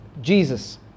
Jesus